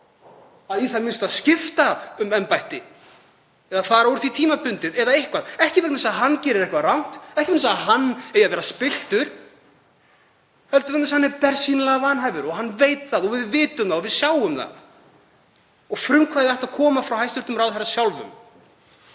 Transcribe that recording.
að í það minnsta skipta um embætti eða fara úr því tímabundið eða eitthvað, ekki vegna þess að hann geri eitthvað rangt, ekki vegna þess að hann eigi að vera spilltur, heldur vegna þess að hann er bersýnilega vanhæfur og hann veit það og við vitum það og við sjáum það. Frumkvæðið ætti að koma frá hæstv. ráðherra sjálfum.